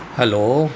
hello